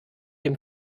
dem